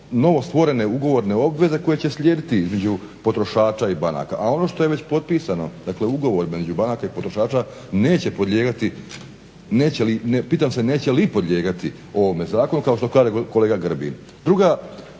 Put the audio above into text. ugovorne obveze koje će slijediti između potrošača i banaka. A ono što je već potpisano, dakle, ugovor između banaka i potrošača neće, pitam se neće li podlijegati ovome zakonu kao što kaže kolega Grbin. Drugi